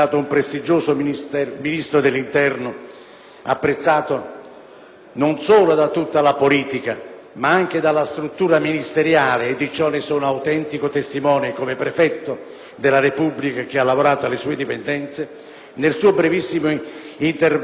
non solo da tutta la politica ma anche dalla struttura ministeriale, e di ciò ne sono autentico testimone come prefetto della Repubblica che ha lavorato alle sue dipendenze - nel suo brevissimo intervento di ieri, in occasione della sua elezione a Presidente della Commissione,